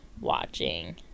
watching